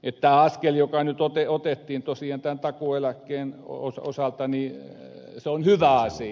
tämä askel joka nyt otettiin tosiaan tämän takuueläkkeen osalta on hyvä asia